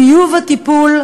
טיוב הטיפול,